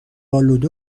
آلوده